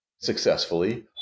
successfully